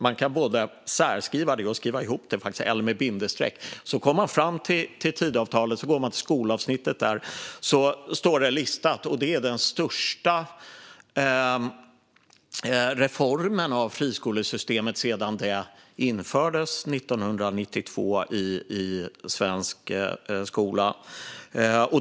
Man kan både särskriva det och skriva ihop det, även med bindestreck. I skolavsnittet i Tidöavtalet står det listat, och det är den största reformen av friskolesystemet sedan det infördes 1992 i svensk skola.